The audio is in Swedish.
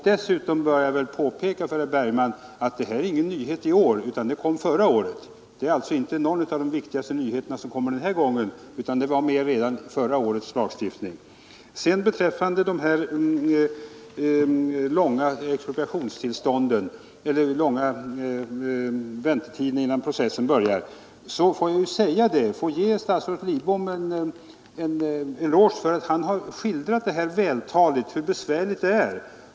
Dessutom bör jag väl påpeka för herr Bergman att detta inte är någon av de viktigaste nyheterna denna gång utan den var med redan vid förra årets lagstiftning. Vad beträffar de långa väntetiderna innan processen börjar får jag ge statsrådet Lidbom en eloge för att han vältaligt har skildrat hur besvärligt det är.